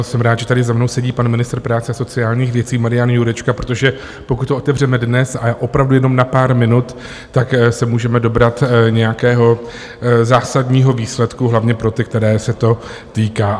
Jsem rád, že tady za mnou sedí pan ministr práce a sociálních věcí Marian Jurečka, protože pokud to otevřeme dnes a opravdu jenom na pár minut, tak se můžeme dobrat nějakého zásadního výsledku hlavně pro ty, kterých se to týká.